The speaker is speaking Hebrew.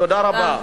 תודה רבה.